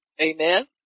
Amen